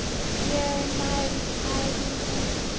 here in my retiring room,